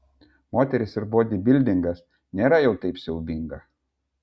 moterys ir bodybildingas nėra jau taip siaubinga